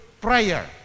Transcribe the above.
prayer